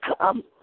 come